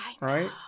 Right